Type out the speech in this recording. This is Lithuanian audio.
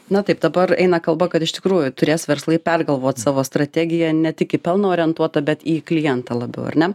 na taip dabar eina kalba kad iš tikrųjų turės verslai pergalvot savo strategiją ne tik į pelną orientuotą bet į klientą labiau ar ne